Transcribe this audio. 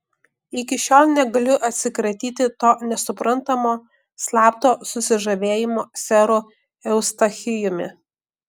iki šiol negaliu atsikratyti to nesuprantamo slapto susižavėjimo seru eustachijumi